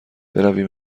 برویم